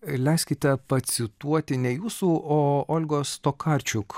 leiskite pacituoti ne jūsų o olgos tokarčiuk